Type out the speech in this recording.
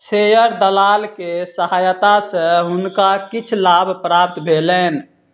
share दलाल के सहायता सॅ हुनका किछ लाभ प्राप्त भेलैन